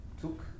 took